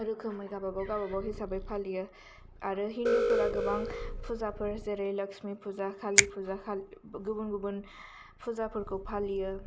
रोखोमनि गावबागाव गावबागाव हिसाबै फालियो आरो हिन्दुफोरा गोबां फुजाफोर जेरै लक्ष्मी फुजा खालि फुजा गुबुन गुबुन फुजाफोरखौ फालियो